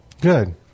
Good